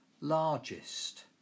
largest